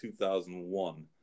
2001